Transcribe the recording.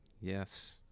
yes